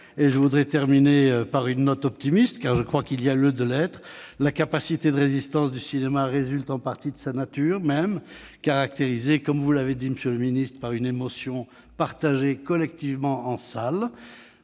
Je voudrais terminer sur une note optimiste, car je crois qu'il y a lieu de l'être. La capacité de résistance du cinéma résulte en partie de sa nature même, caractérisée, comme vous l'avez souligné, monsieur le ministre, par une émotion partagée collectivement en salle.